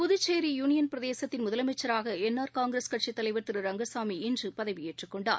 Puducherry union பிரதேசத்தின் முதலமைச்சராக N R Congress கட்சித் தலைவர் திரு ரங்கசாமி இன்று பதவியேற்றுக் கொண்டார்